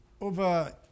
over